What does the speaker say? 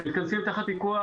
שבה מתכנסים תחת פיקוח,